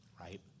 Right